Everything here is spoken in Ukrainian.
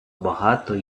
багато